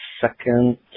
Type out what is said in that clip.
second